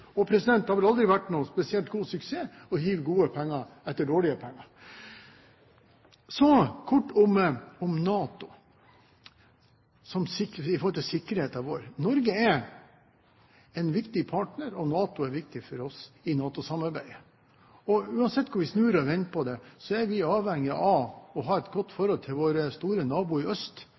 det man ikke er så fornøyd med? Det har vel aldri vært noen spesielt god suksess å hive gode penger etter dårlige penger. Så kort om NATO i forhold til sikkerheten vår. Norge er en viktig partner, og NATO er viktig for oss i NATO-samarbeidet. Uansett hvordan vi snur og vender på det, er vi avhengig av å ha et godt forhold til våre store naboer i øst,